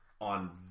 on